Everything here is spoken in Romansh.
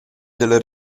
dalla